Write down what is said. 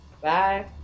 Bye